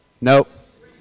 Nope